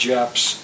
Japs